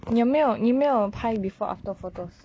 你有没有你有没有拍 before after photos